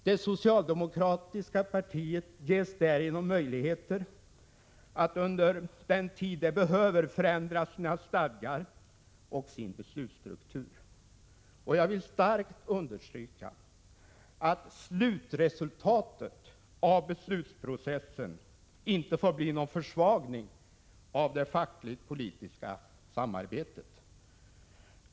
Det socialdemokratiska partiet ges därigenom möjligheter att under den tid det behöver förändra sina stadgar och sin beslutsstruktur. Jag vill starkt understryka att slutresultatet av beslutsprocessen inte får bli någon försvagning av det fackligt-politiska samarbetet.